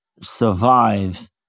survive